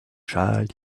child